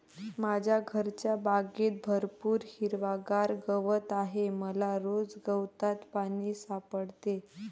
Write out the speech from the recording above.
माझ्या घरच्या बागेत भरपूर हिरवागार गवत आहे मला रोज गवतात पाणी सापडते